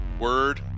word